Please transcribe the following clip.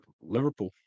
Liverpool